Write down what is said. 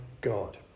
God